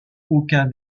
aucun